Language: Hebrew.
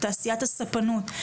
תעשיית הספנות.